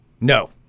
No